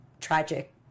Tragic